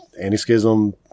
anti-schism